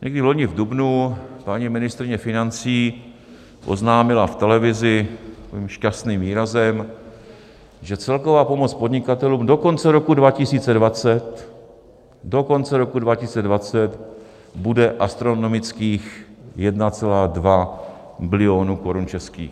Někdy loni v dubnu paní ministryně financí oznámila v televizi s tím šťastným výrazem, že celková pomoc podnikatelům do konce roku 2020 do konce roku 2020 bude astronomických 1,2 bilionu korun českých.